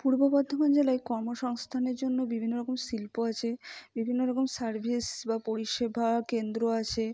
পূর্ব বর্ধমান জেলায় কর্মসংস্থানের জন্য বিভিন্ন রকম শিল্প আছে বিভিন্ন রকম সার্ভিস বা পরিষেবা কেন্দ্র আছে